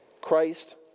Christ